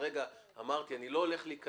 כרגע, כמו שאמרתי, אני לא הולך להיכנס